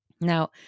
Now